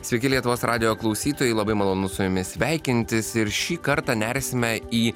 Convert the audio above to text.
sveiki lietuvos radijo klausytojai labai malonu su jumis sveikintis ir šį kartą nersime į